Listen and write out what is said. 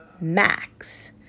Max